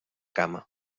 cama